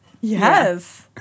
Yes